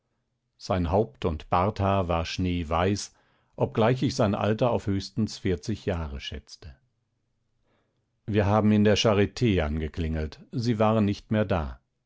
sein haupt und barthaar war schneeweiß obgleich ich sein alter auf höchstens vierzig jahre schätzte wir haben in der charit angeklingelt sie waren nicht mehr da